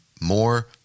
more